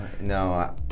no